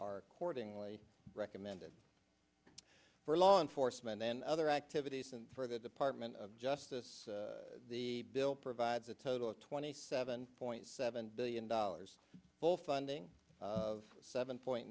are cordingley recommended for law enforcement and other activities and for the department of justice the bill provides a total of twenty seven point seven billion dollars full funding of seven point